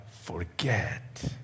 forget